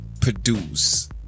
Produce